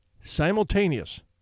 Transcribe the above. simultaneous